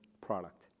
product